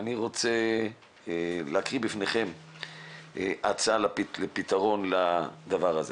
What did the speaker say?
אני רוצה להקריא בפניכם הצעה לפתרון לדבר הזה.